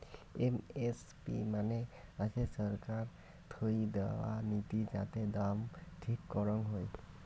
MSP মানে হসে ছরকার থুই দেয়া নীতি যাতে দাম ঠিক করং হই